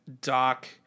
Doc